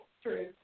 true